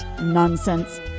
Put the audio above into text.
nonsense